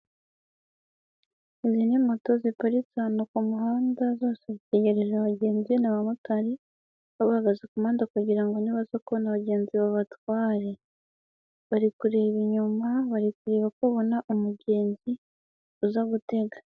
Izi ni moto ziparitse ahantu ku muhanda zose zitegereje abagenzi be n'abamotari bahagaze kumuhanda kugira ngo nibaza kubona abagenzi babatware. Bari kureba inyuma, bari kureba ko babona umugenzi uza gutega.